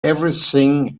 everything